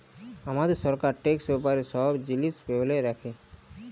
হামাদের সরকার ট্যাক্স ব্যাপারে সব জিলিস ব্যলে রাখে